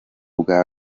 bwa